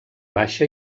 baixa